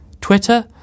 Twitter